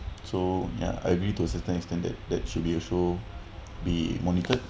so ya I agree to certain extent that that should be also be monitored